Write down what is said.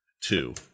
two